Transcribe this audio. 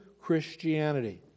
Christianity